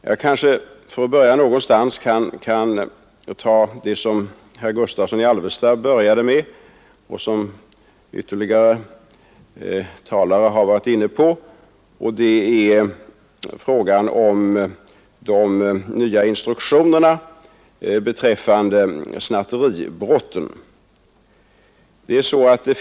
Jag börjar då med vad herr Gustavsson i Alvesta sade i början av sitt anförande och som flera efterföljande talare också har varit inne på, nämligen frågan om de nya instruktionerna när det gäller snatteribrotten.